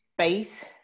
space